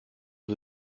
für